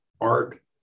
art